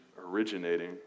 originating